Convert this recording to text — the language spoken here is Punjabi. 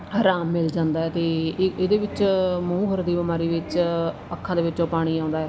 ਆਰਾਮ ਮਿਲ ਜਾਂਦਾ ਅਤੇ ਇਹਦੇ ਵਿੱਚ ਮੂੰਹ ਖ਼ੁਰ ਦੀ ਬਿਮਾਰੀ ਵਿੱਚ ਅੱਖਾਂ ਦੇ ਵਿੱਚੋਂ ਪਾਣੀ ਆਉਂਦਾ ਹੈ